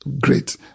great